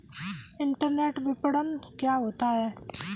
Internet विपणन क्या होता है?